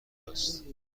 است